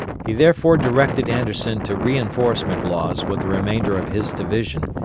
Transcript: he therefore directed anderson to reinforce mclaws with the remainder of his division,